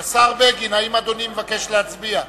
האם אדוני מבקש להצביע?